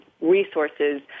resources